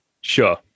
Sure